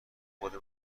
خود